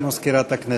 הודעה למזכירת הכנסת.